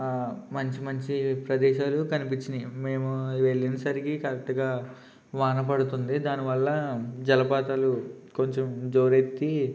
మంచి మంచి ప్రదేశాలు కనిపించినాయి మేము వెళ్ళేసరికి కరెక్ట్గా వాన పడుతుంది దానివల్ల జలపాతాలు కొంచెం జోరెత్తి